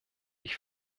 ich